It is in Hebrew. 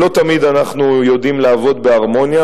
לא תמיד אנחנו יודעים לעבוד בהרמוניה.